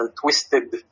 twisted